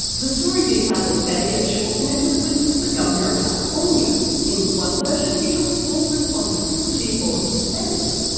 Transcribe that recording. the story detailed a failure of schwarzenegger's when he was the governor of california in one version he took full responsibility for his failure,